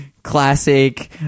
classic